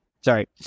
sorry